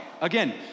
again